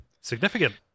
Significant